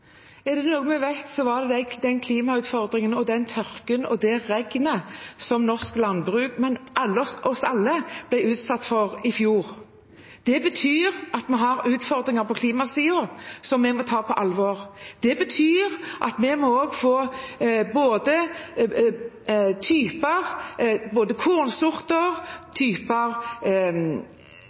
Er det noe vi fikk kjenne, var det klimautfordringen, tørken og regnet som norsk landbruk – og vi alle – ble utsatt for i fjor. Det betyr at vi har utfordringer på klimasiden som vi må ta på alvor. Det betyr at vi også må få kornsorter, typer